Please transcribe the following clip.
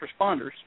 responders